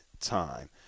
time